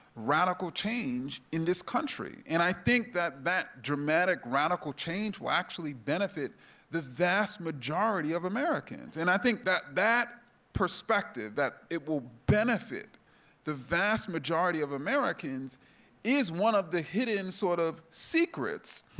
radical change in this country, and i think that that dramatic, radical change will actually benefit the vast majority of americans. and i think that that perspective, that it will benefit the vast majority of americans is one of the hidden sort of secrets.